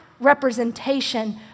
representation